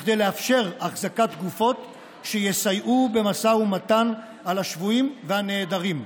כדי לאפשר החזקת גופות שיסייעו במשא ומתן על השבויים והנעדרים.